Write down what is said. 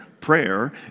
prayer